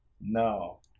No